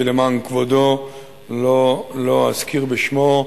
שלמען כבודו לא אזכיר את שמו.